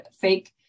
fake